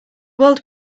world